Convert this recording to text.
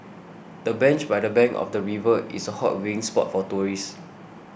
the bench by the bank of the river is a hot viewing spot for tourists